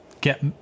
get